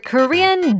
Korean